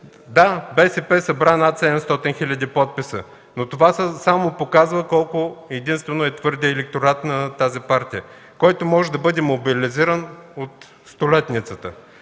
Да, БСП събра над 700 хил. подписа, но това единствено показва колко е твърдият електорат на тази партия, който може да бъде мобилизиран от столетницата.